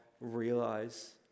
realize